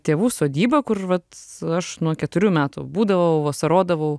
tėvų sodyba kur vat aš nuo keturių metų būdavau vasarodavau